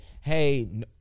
hey